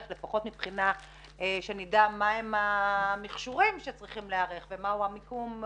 כדי שלפחות נדע מה המכשור אליו צריך להיערך ומהו המיקום,